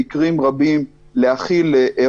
במחלקה לשירותים חברתיים כחיוניים לצורך אזור